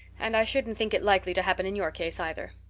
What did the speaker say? and i shouldn't think it likely to happen in your case either.